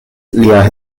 lia